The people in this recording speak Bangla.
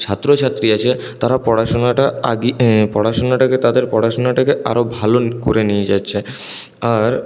ছাত্র ছাত্রী আছে তারা পড়াশুনাটা আগিয়ে পড়াশুনাটাকে তাদের পড়াশুনাটাকে আরও ভালো করে নিয়ে যাচ্ছে আর